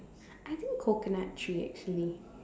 I think coconut tree actually